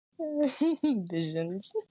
visions